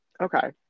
Okay